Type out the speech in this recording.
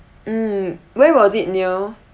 mm where was it near